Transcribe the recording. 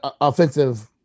offensive